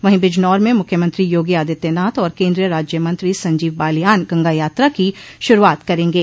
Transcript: वहीं बिजनौर में मुख्यमंत्री योगी आदित्यनाथ और केन्द्रीय राज्यमंत्री संजीव बालियान गंगा यात्रा की शुरूआत करेंगे